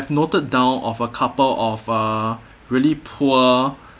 noted down of a couple of uh really poor